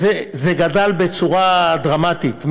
זה גדל בצורה דרמטית,